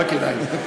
לא כדאי.